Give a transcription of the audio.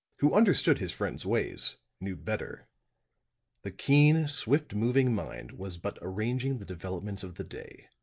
who understood his friend's ways, knew better the keen, swift-moving mind was but arranging the developments of the day,